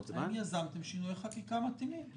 זמן -- אני יזמתי שינויי חקיקה מתאימים.